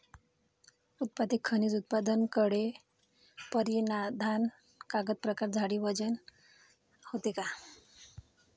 उत्पादित खनिज उत्पादने कपडे परिधान कागद प्रकार जाडी आणि वजन होते